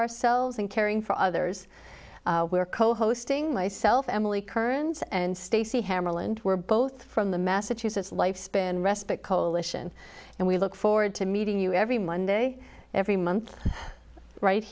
ourselves and caring for others who are co hosting myself emily curran's and stacy hammarlund who are both from the massachusetts lifespan respite coalition and we look forward to meeting you every monday every month right